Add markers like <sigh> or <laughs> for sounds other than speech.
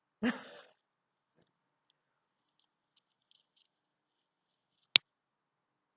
<laughs>